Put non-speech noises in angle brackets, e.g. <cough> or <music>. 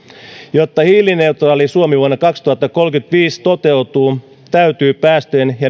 jotta hiilineutraali suomi vuonna kaksituhattakolmekymmentäviisi toteutuu täytyy päästöjen ja <unintelligible>